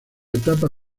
etapa